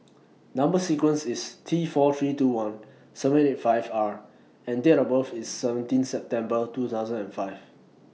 Number sequence IS T four three two one seven eight five R and Date of birth IS seventeen September two thousand and five